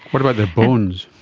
what about their bones?